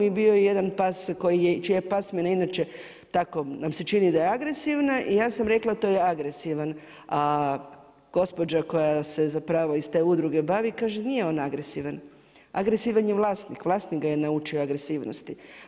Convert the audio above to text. I bio je jedan pas čija je pasmina inače tako nam se čini da je agresivna i ja sam rekla to je agresivan, a gospođa koja se iz te udruge bavi kaže nije on agresivan, agresivan je vlasnik, vlasnik ga je naučio agresivnosti.